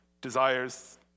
desires